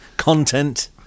Content